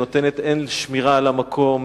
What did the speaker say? שנותנת הן שמירה על המקום,